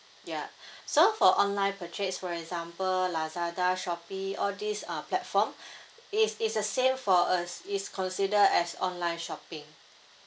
ya so for online purchase for example lazada shopee all these uh platform is is the same for us is consider as online shopping